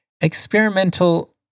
Experimental